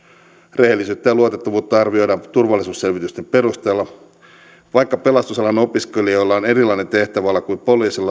rehellisyyttä ja luotettavuutta arvioidaan turvallisuusselvitysten perusteella vaikka pelastusalan opiskelijoilla on erilainen tehtäväala kuin poliisilla